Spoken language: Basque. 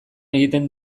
egiten